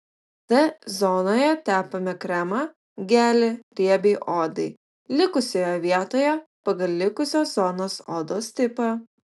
t zonoje tepame kremą gelį riebiai odai likusioje vietoje pagal likusios zonos odos tipą